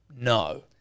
No